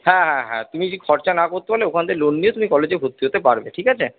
হ্যাঁ হ্যাঁ হ্যাঁ তুমি যদি খরচা না করতে পারো ওখান থেকে লোন নিয়ে তুমি কলেজে ভর্তি হতে পারবে ঠিক আছে